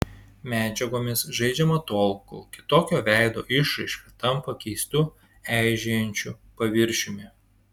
medžiagomis žaidžiama tol kol kitokio veido išraiška tampa keistu eižėjančiu paviršiumi